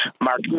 Mark